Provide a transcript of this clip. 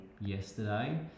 yesterday